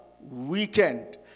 weekend